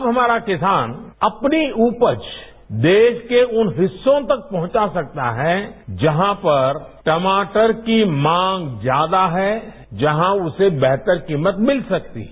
अब हमारा किसान अपनी उपज देश के उन हिस्सों तक पहुंचा सकता है जहां पर टमाटर की मांग ज्यादा है जहां उसे बेहतर कीमत मिल सकती है